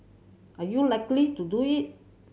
are you likely to do it